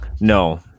No